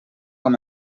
amb